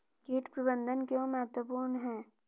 कीट प्रबंधन क्यों महत्वपूर्ण है?